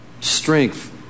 strength